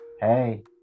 Hey